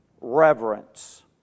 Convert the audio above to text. Reverence